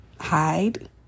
hide